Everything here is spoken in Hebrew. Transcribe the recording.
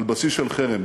על בסיס של חרם,